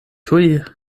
tuj